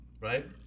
right